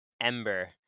Ember